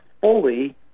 fully